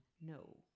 No